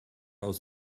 aus